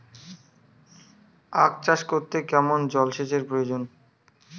আখ চাষ করতে কেমন জলসেচের প্রয়োজন?